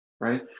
right